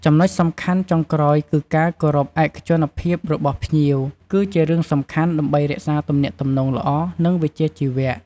ចំណុចសំខាន់ចុងក្រោយគឺការគោរពឯកជនភាពរបស់ភ្ញៀវ គឺជារឿងសំខាន់ដើម្បីរក្សាទំនាក់ទំនងល្អ និងវិជ្ជាជីវៈ។